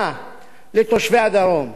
דרום תל-אביב על כל המושגים.